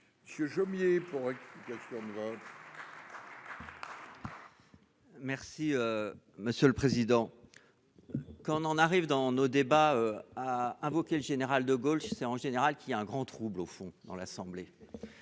Monsieur Jomier pour quatre Cameron. Merci. Monsieur le président. Quand on en arrive dans nos débats a invoqué le général de Gaulle je sais en général qui a un grand trouble au fond dans l'assemblée.